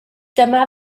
dyma